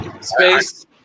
Space